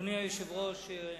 אדוני היושב-ראש,